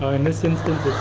in this instance